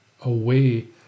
away